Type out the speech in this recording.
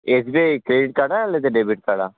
SBI credit కార్డా లేదా debit కార్డా